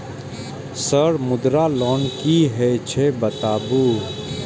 Sir Mudra loan की हे छे बताबू?